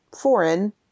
foreign